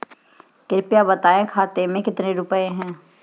कृपया बताएं खाते में कितने रुपए हैं?